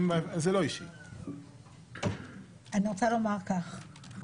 אני רוצה לומר כך,